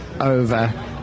over